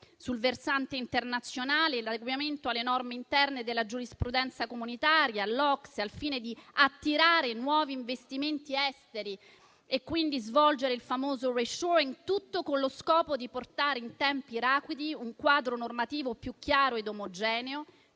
Sul versante internazionale, vi è l'adeguamento delle norme interne alla giurisprudenza comunitaria, all'OCSE, al fine di attirare nuovi investimenti esteri e quindi svolgere il famoso *reshoring*, tutto con lo scopo di portare in tempi rapidi un quadro normativo più chiaro ed omogeneo